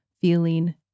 feeling